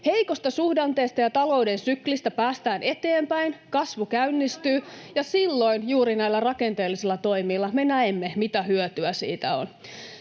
Heikosta suhdanteesta ja talouden syklistä päästään eteenpäin, kasvu käynnistyy, ja silloin juuri näillä rakenteellisilla toimilla me näemme, mitä hyötyä siitä on.